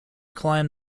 climb